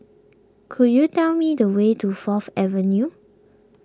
could you tell me the way to Fourth Avenue